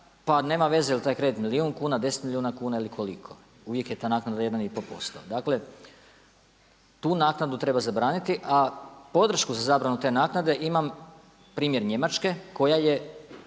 pa nema veze je li taj kredit milijun kuna, 10 milijuna kuna ili koliko, uvijek je ta naknada 1,5%. Dakle tu naknadu treba zabraniti a podršku za zabranu te naknade imam primjer Njemačke koja je